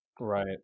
Right